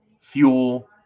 fuel